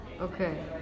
Okay